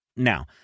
Now